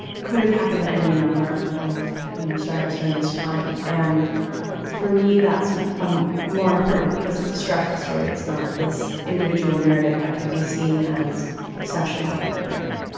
ah could have happened in any number of you know start ups during this time. and for me, that's um more important because it's a structural story. it's not this individual narrative that could be seen as exceptional in any way.